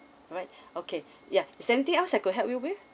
alright okay ya is there anything else I could help you with